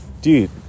dude